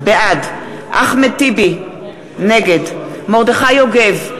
בעד אחמד טיבי, נגד מרדכי יוגב,